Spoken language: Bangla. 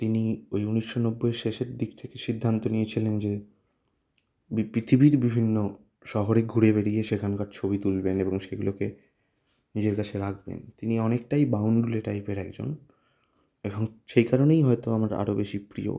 তিনি ওই ঊনিশশো নব্বইয়ের শেষের দিক থেকে সিদ্ধান্ত নিয়েছিলেন যে বি পৃথিবীর বিভিন্ন শহরে ঘুরে বেড়িয়ে সেখানকার ছবি তুলবেন এবং সেগুলোকে নিজের কাছে রাখবেন তিনি অনেকটাই বাউণ্ডুলে টাইপের একজন এখন সেই কারণেই হয়তো আমার আরও বেশি প্রিয়